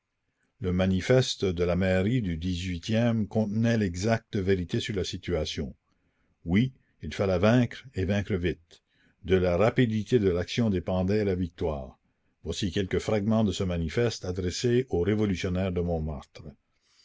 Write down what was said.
le manifeste de la mairie du e contenait l'exacte vérité sur la situation oui il fallait vaincre et vaincre vite de la rapidité de la commune l'action dépendait la victoire voici quelques fragments de ce manifeste adressé aux révolutionnaires de montmartre